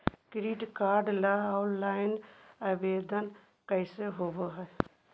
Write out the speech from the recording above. Credit card ल online आवेदन कैसे होब है?